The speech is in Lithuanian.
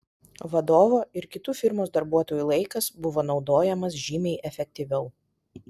vadovo ir kitų firmos darbuotojų laikas buvo naudojamas žymiai efektyviau